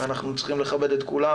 אנחנו צריכים לכבד את כולם,